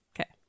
okay